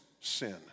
sin